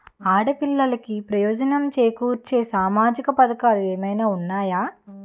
ఆడపిల్లలకు ప్రయోజనం చేకూర్చే సామాజిక పథకాలు ఏమైనా ఉన్నాయా?